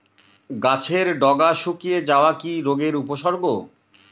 গাছের ডগা শুকিয়ে যাওয়া কি রোগের উপসর্গ?